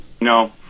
No